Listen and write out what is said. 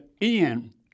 end